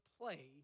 play